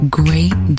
great